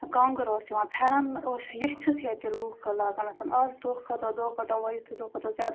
کانٛگٕر ٲس یِوان پھیٚرَن ٲسۍ ییٚژھِتھ ییٚتہِ لوٗکھ لاگان آز دۄہ کھۄتہٕ دۄہ دۄہ کھۄتہٕ دۄہ وۄنۍ یُتھٕے دۄہ کھۄتہٕ دۄہ زیادٕ